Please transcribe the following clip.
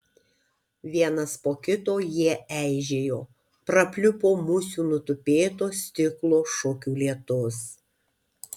vienas po kito jie eižėjo prapliupo musių nutupėto stiklo šukių lietus